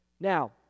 Now